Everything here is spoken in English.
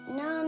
no